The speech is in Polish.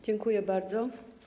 Dziękuję bardzo.